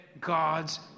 God's